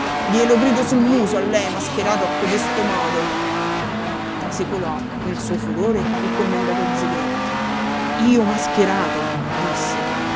glielo grido sul muso a lei mascherato a codesto modo trasecolò nel suo furore il commendator zegretti io mascherato disse